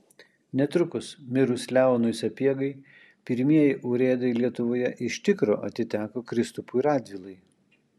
netrukus mirus leonui sapiegai pirmieji urėdai lietuvoje iš tikro atiteko kristupui radvilai